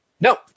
No